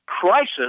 crisis